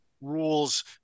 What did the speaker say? rules